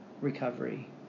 recovery